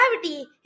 Gravity